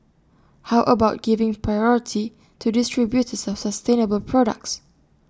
how about giving priority to distributors of sustainable products